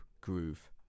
Groove